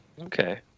Okay